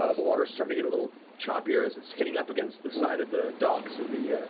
ah the water's starting to get a little choppier as it's hitting up against the side of the docks and the